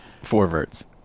four-verts